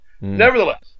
Nevertheless